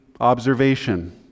observation